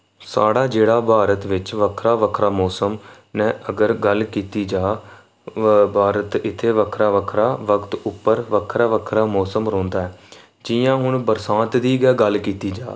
साढ़ा जेह्ड़ा भारत बिच्च बक्खरा बक्खरा मोसम ऐ अगर गल्ल कीती जा भारत इत्थै बक्खरा बक्खरा वक्त उप्पर बक्खरा बक्खरा मोसम रौंह्दा ऐ जियां हून बरसांत दी गै गल्ल कीती जा